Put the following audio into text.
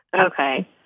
Okay